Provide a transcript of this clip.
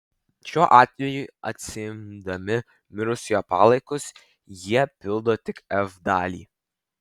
šiuo atveju atsiimdami mirusiojo palaikus jie pildo tik f dalį